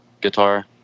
guitar